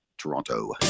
toronto